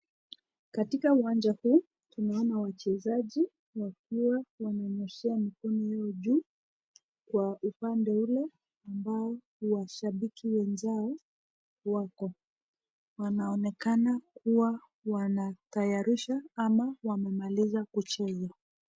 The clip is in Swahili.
Katika uwanja huu tunaona wachezaji wakiwa wananyooshea mikono yao juu kwa upande ule ambao washahabiki wenzao wako. Wanaonekana kuwa wanatayarisha ama wamemaliza kucheza.